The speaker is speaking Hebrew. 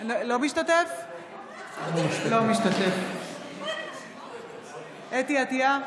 אינו משתתף בהצבעה חוה אתי עטייה,